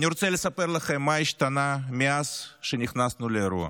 אני רוצה לספר לכם מה השתנה מאז שנכנסנו לאירוע.